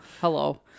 Hello